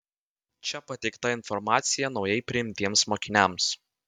čia pateikta informacija naujai priimtiems mokiniams